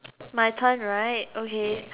my turn right okay